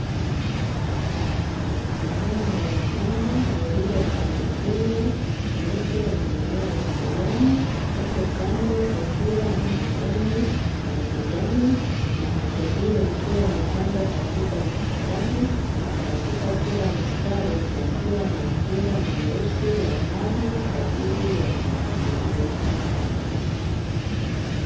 Sehemu ya shamba lililopandikizwa mimea mbalimbali